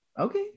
Okay